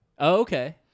okay